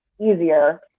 easier